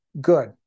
Good